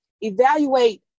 Evaluate